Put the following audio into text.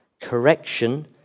correction